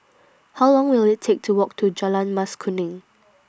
How Long Will IT Take to Walk to Jalan Mas Kuning